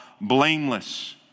blameless